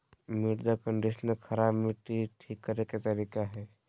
मृदा कंडीशनर खराब मट्टी ठीक करे के तरीका हइ